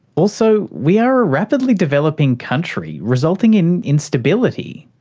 also, we are a rapidly developing country, resulting in instability.